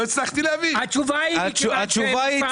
לא השתנה - שכר המינימום הוא עדיין 5,300 שקל,